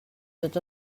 tots